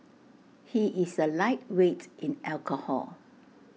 he is A lightweight in alcohol